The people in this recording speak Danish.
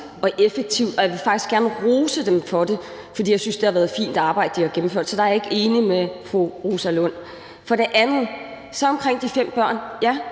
og effektivt. Og jeg vil faktisk gerne rose dem for det, for jeg synes, at det har været et fint arbejde, de har udført. Så der er jeg ikke enig med fru Rosa Lund. For det andet, omkring de fem børn: Ja,